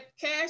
cash